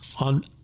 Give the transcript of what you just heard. on